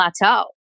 plateau